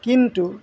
কিন্তু